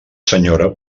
senyora